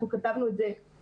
אנחנו כתבנו את זה במפורש: